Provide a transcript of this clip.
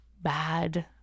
bad